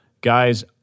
Guys